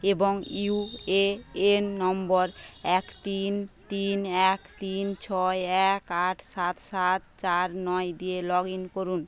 এবং U A N নম্বর এক তিন তিন এক তিন ছয় এক আট সাত সাত চার নয় দিয়ে লগ ইন করুন